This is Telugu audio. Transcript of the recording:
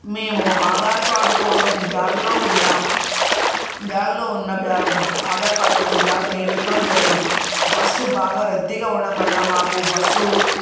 మేము ఆధార్ కార్డు కోసం బ్యాగులో ఉన్న బ్యాగులో ఉన్న బ్యాగ్ ఆధార్ కార్డు కోసం బ్యాగుని వెతకడం జరిగింది బస్సు బాగా రద్దీగా ఉండటం వల్ల మాకు బస్సు